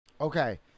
Okay